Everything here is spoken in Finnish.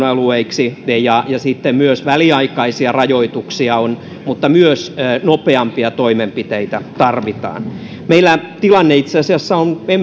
alueiksi ja sitten myös väliaikaisia rajoituksia on mutta myös nopeampia toimenpiteitä tarvitaan meillä tilanne itse asiassa on